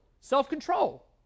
Self-control